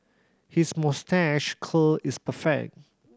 his moustache curl is perfect